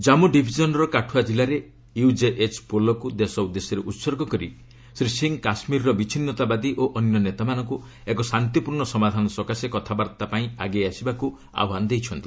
ଜାଞ୍ଗୁ ଡିଭିଜନ୍ର କାଠୁଆ ଜିଲ୍ଲାରେ ୟୁଜେଏଚ୍ ପୋଲକୁ ଦେଶ ଉଦ୍ଦେଶ୍ୟରେ ଉତ୍ସର୍ଗ କରି ଶ୍ରୀ ସିଂହ କାଶ୍ମୀରର ବିଚ୍ଛିନ୍ନତାବାଦୀ ଓ ଅନ୍ୟ ନେତାମାନଙ୍କୁ ଏକ ଶାନ୍ତିପୂର୍ଣ୍ଣ ସମାଧାନ ସକାଶେ କଥାବାର୍ତ୍ତା ପାଇଁ ଆଗେଇ ଆସିବାକୁ ଆହ୍ୱାନ ଦେଇଛନ୍ତି